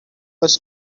was